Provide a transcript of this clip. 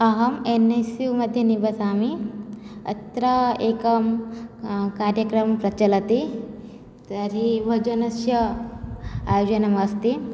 अहम् N S U मध्ये निवसामि अत्र एकः कार्यक्रमः प्रचलति तर्हि युवजनस्य आयोजनमस्ति